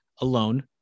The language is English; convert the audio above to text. alone